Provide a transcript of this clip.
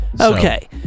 Okay